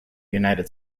united